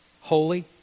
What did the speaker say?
holy